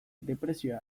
depresioa